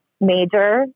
major